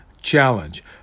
challenge